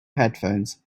headphones